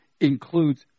includes